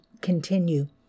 continue